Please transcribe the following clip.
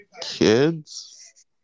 kids